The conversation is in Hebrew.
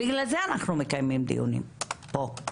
בגלל זה אנחנו מקיימים דיונים פה.